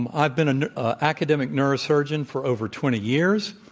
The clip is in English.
and i've been an academic neurosurgeon for over twenty years,